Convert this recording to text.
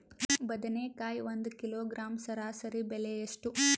ಬದನೆಕಾಯಿ ಒಂದು ಕಿಲೋಗ್ರಾಂ ಸರಾಸರಿ ಬೆಲೆ ಎಷ್ಟು?